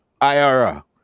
IRA